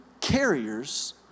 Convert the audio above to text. carriers